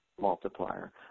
multiplier